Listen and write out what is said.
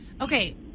Okay